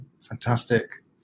fantastic